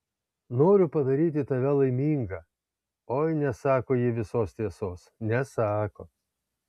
noriu padaryti tave laimingą oi nesako ji visos tiesos nesako